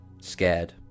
scared